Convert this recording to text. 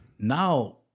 Now